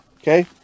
Okay